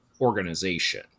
organization